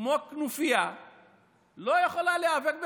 כמו כנופיה לא יכולה להיאבק בפשיעה.